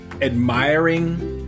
admiring